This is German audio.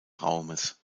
raumes